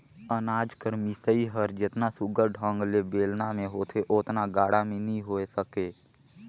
अनाज कर मिसई हर जेतना सुग्घर ढंग ले बेलना मे होथे ओतना गाड़ा मे नी होए सके